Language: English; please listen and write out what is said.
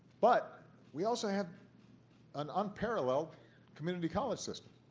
but we also have an unparalleled community college system.